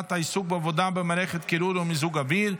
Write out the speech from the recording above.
העיסוק בעבודה במערכת קירור או מיזוג אוויר,